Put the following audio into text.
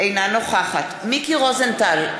אינה נוכחת מיקי רוזנטל,